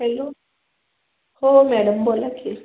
hello हो madam बोला की